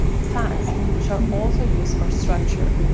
fats, which are also used for structure.